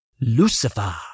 Lucifer